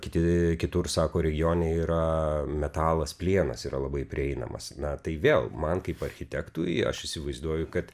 kiti kitur sako regione yra metalas plienas yra labai prieinamas na tai vėl man kaip architektui aš įsivaizduoju kad